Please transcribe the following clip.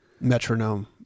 Metronome